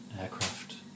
aircraft